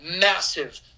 massive